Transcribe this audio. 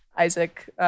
Isaac